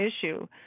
issue